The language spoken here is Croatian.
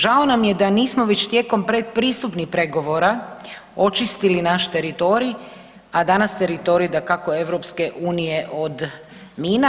Žao nam je da nismo već tijekom predpristupnih pregovora očistili naš teritorij, a danas teritorij dakako EU od mina.